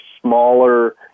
smaller